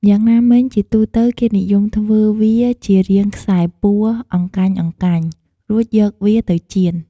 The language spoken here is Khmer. យ៉ាងណាមិញ ជាទូទៅ គេនិយមធ្វើវាជារាងខ្សែពួរអង្កាញ់ៗ រួចយកវាទៅចៀន។